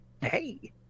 Hey